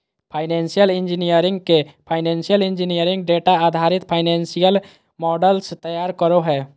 financial engineering मे financial engineer data आधारित financial models तैयार करो हय